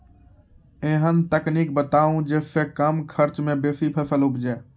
ऐहन तकनीक बताऊ जै सऽ कम खर्च मे बेसी फसल उपजे?